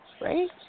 Right